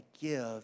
give